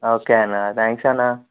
okay అన్న thanks అన్న